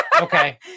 Okay